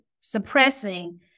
suppressing